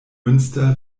münster